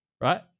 Right